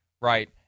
right